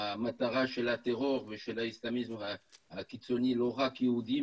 המטרה של הטרור ושל האיסלם הקיצוני זה לא רק יהודים,